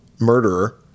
murderer